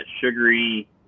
sugary